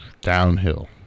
downhill